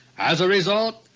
as a result,